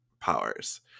powers